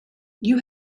you